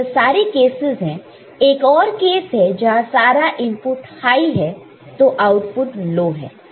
तो यह सारे केसेस है एक और केस है जहां सारा इनपुट हाई है तो आउटपुट लो है